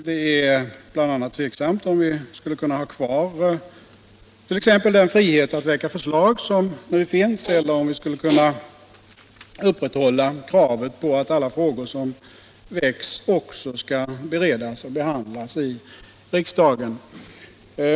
Det är bl.a. tveksamt om man skulle kunna ha kvar t.ex. den frihet att väcka förslag som nu finns eller om man skulle kunna upprätthålla kravet på att alla frågor som väcks skall beredas och behandlas i riksdagen.